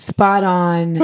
Spot-on